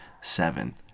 seven